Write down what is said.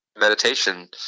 meditation